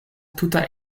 tuta